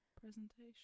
Presentation